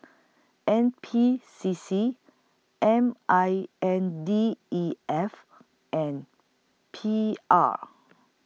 N P C C M I N D E F and P R